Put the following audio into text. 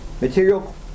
Material